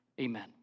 Amen